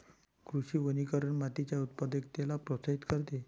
कृषी वनीकरण मातीच्या उत्पादकतेला प्रोत्साहित करते